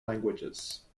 languages